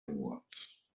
iguals